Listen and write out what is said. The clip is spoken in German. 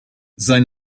sein